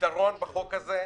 פתרון בחוק הזה.